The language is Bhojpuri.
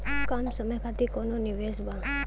कम समय खातिर कौनो निवेश बा?